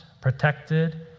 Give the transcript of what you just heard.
protected